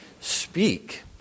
speak